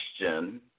question